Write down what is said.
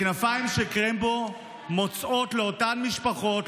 כנפיים של קרמבו מוצאת לאותן המשפחות,